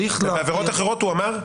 ובעבירות אחרות הוא אמר כן.